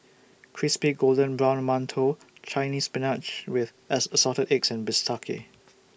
Crispy Golden Brown mantou Chinese Spinach with as Assorted Eggs and Bistake